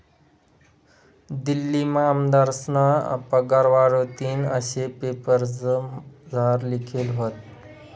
दिल्लीमा आमदारस्ना पगार वाढावतीन आशे पेपरमझार लिखेल व्हतं